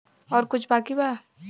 और कुछ बाकी बा?